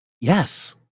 Yes